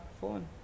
phone